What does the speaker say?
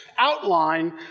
Outline